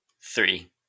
three